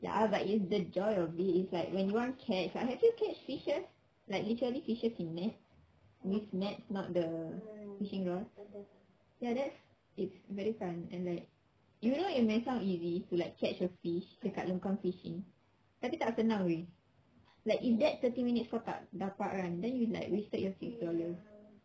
ya but it's the joy of it like when you want catch have you catch fishes like literally fishes in nets with nets not the fishing rod ya that it's very fun you know it may sound easy like catch a fish dekat longkang fishing tapi tak senang wei like in that thirty minutes kau tak dapat kan then you like wasted your six dollars